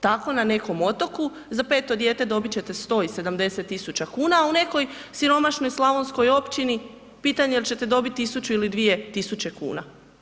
Tako na nekom otoku za peto dijete dobit ćete 170 000 kuna a u nekoj siromašnoj slavonskoj općini pitanje jel ćete dobiti 1000 ili 2000 kuna.